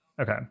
okay